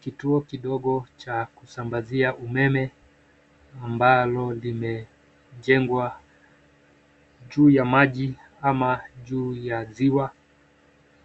kituo kidogo cha kusambazia umeme ambacho kimejengwa juu ya ziwa au maji